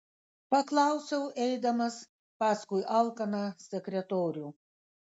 paklausiau eidamas paskui alkaną sekretorių